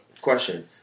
question